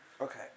Okay